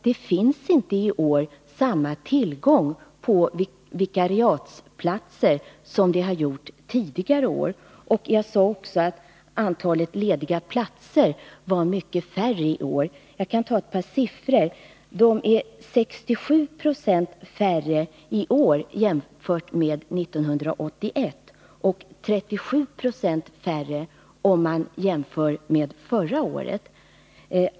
Det finns alltså inte i år samma tillgång på vikariatsplatser som det har gjort tidigare år. Jag sade också att antalet lediga platser är mycket mindre i år. Jag kan nämna ett par siffror. Antalet lediga platser är 67 96 lägre i år än 1981 och 37 Yo lägre än förra året.